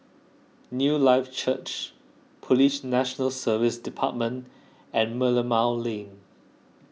Newlife Church Police National Service Department and Merlimau Lane